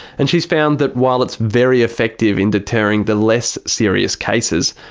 and she's found that while it's very effective in deterring the less serious cases,